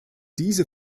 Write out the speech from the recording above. diese